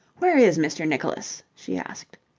where is mr. nicholas? she asked.